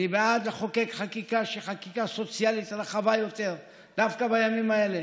אני בעד לחוקק חקיקה שהיא חקיקה סוציאלית רחבה יותר דווקא בימים האלה.